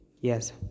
yes